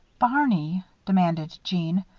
barney, demanded jeanne,